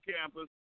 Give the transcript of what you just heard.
campus